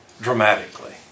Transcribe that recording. Dramatically